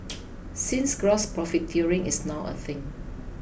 since gross profiteering is now a thing